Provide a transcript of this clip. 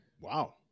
Wow